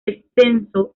descenso